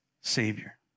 savior